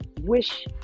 Wish